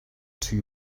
two